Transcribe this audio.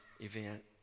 event